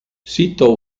sito